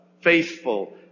faithful